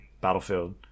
Battlefield